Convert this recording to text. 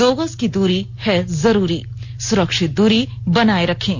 दो गज की दूरी है जरूरी सुरक्षित दूरी बनाए रखें